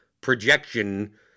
projection